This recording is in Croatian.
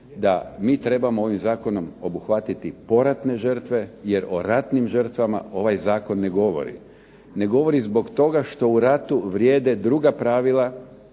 da mi trebamo ovim zakonom obuhvatiti poratne žrtve, jer o ratnim žrtvama ovaj zakon ne govori. Ne govori zbog toga što u ratu vrijede druga pravila,